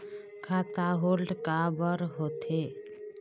खाता होल्ड काबर होथे?